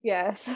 Yes